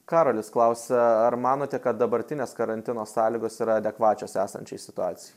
karolis klausia ar manote kad dabartinės karantino sąlygos yra adekvačios esančiai situacijai